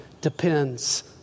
Depends